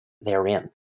therein